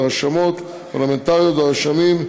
הרשמות הפרלמנטריות והרשמים,